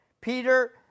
Peter